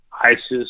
ISIS